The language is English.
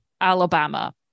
Alabama